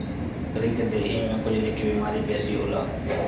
बकरी के देहि में खजुली के बेमारी बेसी होला